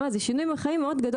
עוברים זה שינוי גדול מאוד בחיים,